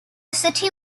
city